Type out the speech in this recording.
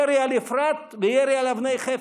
ירי על אפרת וירי על אבני חפץ?